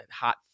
hot